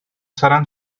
seran